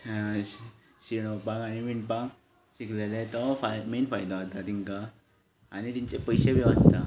शिंवपाक आनी विणपाक शिकलेले तो मैन फायदो जाता तेंकां आनी तेंचे पयशे बी वांचता